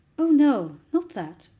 oh, no not that.